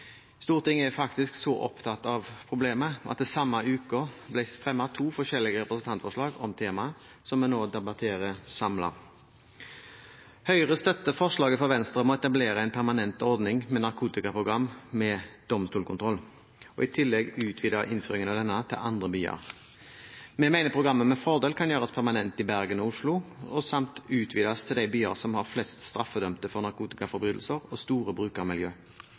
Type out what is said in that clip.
Stortinget er faktisk så opptatt av problemet at det samme uke ble fremmet to forskjellige representantforslag om temaet, som vi nå debatterer samlet. Høyre støtter forslaget fra Venstre om å etablere en permanent ordning med Narkotikaprogram med domstolskontroll og i tillegg utvide innføringen av denne til andre byer. Vi mener programmet med fordel kan gjøres permanent i Bergen og Oslo samt utvides til de byer som har flest straffedømte narkotikaforbrytere og store